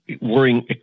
worrying